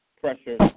pressure